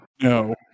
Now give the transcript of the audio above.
No